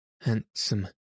handsome